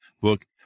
book